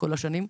כל השנים,